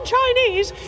Chinese